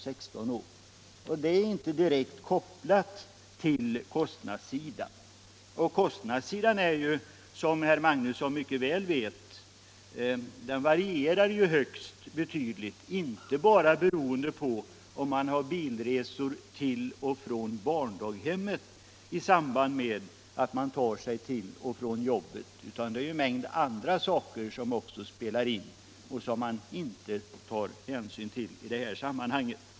Avdraget är inte direkt kopplat till kostnadssidan, och kostnaderna kan ju, som herr Magnusson mycket väl vet, variera högst betydligt, inte bara beroende på om man har bilresor till och från barndaghemmet i samband med att man tar sig till och från jobbet. En mängd andra saker spelar in som inte beaktas i det här sammanhanget.